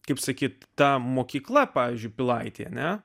kaip sakyti ta mokykla pavyzdžiui pilaitėj ane